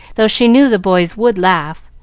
though she knew the boys would laugh.